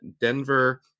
Denver